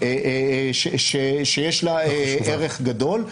שיש לה ערך גדול.